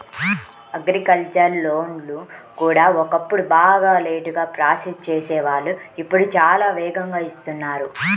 agricultural లోన్లు కూడా ఒకప్పుడు బాగా లేటుగా ప్రాసెస్ చేసేవాళ్ళు ఇప్పుడు చాలా వేగంగా ఇస్తున్నారు